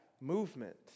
movement